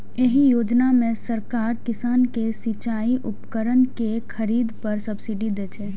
एहि योजना मे सरकार किसान कें सिचाइ उपकरण के खरीद पर सब्सिडी दै छै